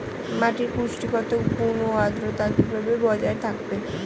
মাটির পুষ্টিগত গুণ ও আদ্রতা কিভাবে বজায় থাকবে?